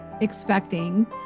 expecting